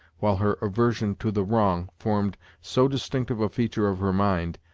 while her aversion to the wrong formed so distinctive a feature of her mind,